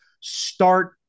start